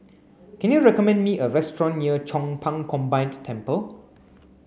can you recommend me a restaurant near Chong Pang Combined Temple